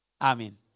Amen